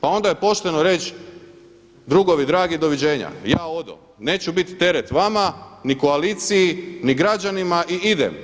Pa onda je pošteno reći drugovi dragi doviđenja, ja odo, neću biti teret vama ni koaliciji ni građanima i idem.